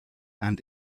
and